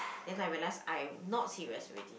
then I realise I not serious already